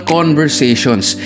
Conversations